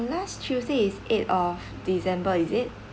last tuesday is eight of december is it